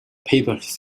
papers